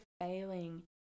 failing